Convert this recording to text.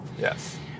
Yes